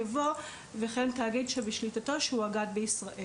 יבוא "וכן תאגיד שבשליטתו שהואגד בישראל".